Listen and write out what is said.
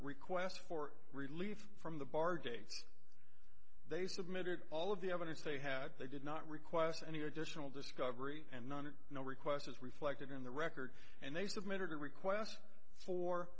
request for relief from the bar gates they submitted all of the evidence they had they did not request any additional discovery and none no requests as reflected in the record and they submitted a request for